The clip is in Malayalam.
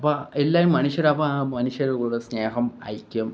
അപ്പോൾ എല്ലാവരും മനുഷ്യരാണ് അപ്പം ആ മനുഷ്യരെ കൂടെ സ്നേഹം ഐക്യം